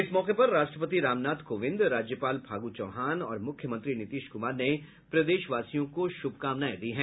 इस मौके पर राष्ट्रपति रामनाथ कोविंद राज्यपाल फागू चौहान और मुख्यमंत्री नीतीश कुमार ने प्रदेशवासियों को शुभकामनाएं दी हैं